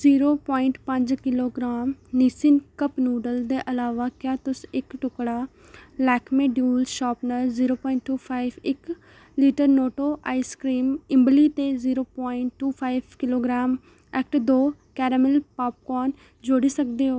zero point पंज kilogram Nissin cup noodle दे अलावा क्या तुस इक टुकड़ा Lakme dual sharpener zero point two five इक लीटर नोटो आइसक्रीम इम्बली ते zero point two five kilogram act दो कैरामल पापकोर्न जोड़ी सकदे ओ